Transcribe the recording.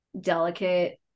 delicate